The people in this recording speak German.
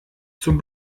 zum